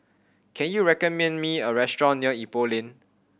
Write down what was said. can you recommend me a restaurant near Ipoh Lane